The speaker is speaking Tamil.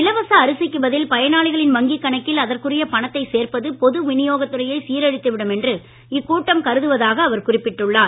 இலவச அரிக்கு பதில் பயனாளிகளின் வங்கிக் கணக்கில் அதற்குரிய பணத்தை சேர்ப்பது பொது விநியோகத் துறையை சீரழித்து விடும் என்று இக்கூட்டம் கருதுவதாக குறிப்பிட்டுள்ளார்